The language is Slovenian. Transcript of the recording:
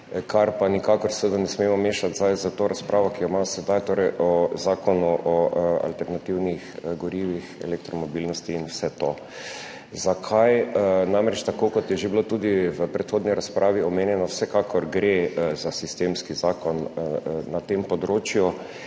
seveda nikakor ne smemo mešati s to razpravo, ki jo imamo sedaj, torej o zakonu o alternativnih gorivih, elektromobilnosti in vse to. Zakaj? Namreč, tako kot je že bilo tudi v predhodni razpravi omenjeno, vsekakor gre za sistemski zakon na tem področju,